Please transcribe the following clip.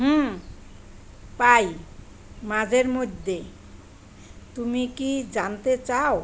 হুম পাই মাঝেমধ্যে তুমি কি জানতে চাও